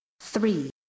three